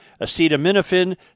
acetaminophen